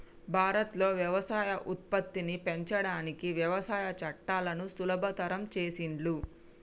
భారత్ లో వ్యవసాయ ఉత్పత్తిని పెంచడానికి వ్యవసాయ చట్టాలను సులభతరం చేసిండ్లు